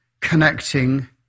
connecting